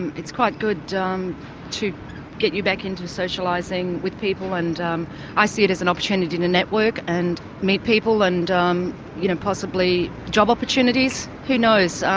and it's quite good to get you back into socialising with people, and um i see it as an opportunity to network, and meet people and um you know possibly job opportunities. who knows?